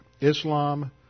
Islam